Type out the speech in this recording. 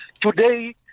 today